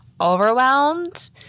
overwhelmed